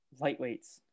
lightweights